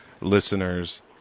listeners